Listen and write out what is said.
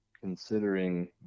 considering